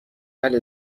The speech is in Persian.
اهل